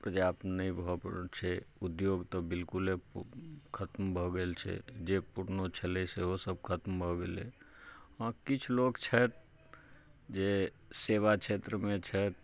पर्याप्त नहि भऽ पबै छै उद्योग तऽ बिलकुले खत्म भऽ गेल छै जे पुरनो छलै सेहो सभ खत्म भऽ गेलै हँ किछु लोक छथि जे सेवा क्षेत्रमे छथि